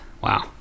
Wow